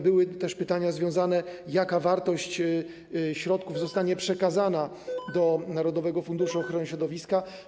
Były też pytania związane z tym, jaka wartość środków zostanie przekazana do narodowego funduszu ochrony środowiska.